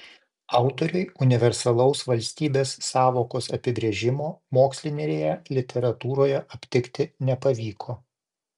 autoriui universalaus valstybės sąvokos apibrėžimo mokslinėje literatūroje aptikti nepavyko